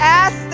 ask